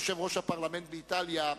יושב-ראש הפרלמנט באיטליה,